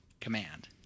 command